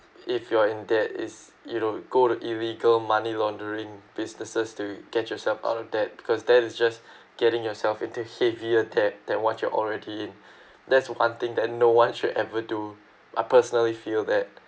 if you are in debt is you don't go to illegal money laundering businesses to get yourself out of that because that is just getting yourself into heavier debt than what you're already in that's one thing that no one should ever do I personally feel that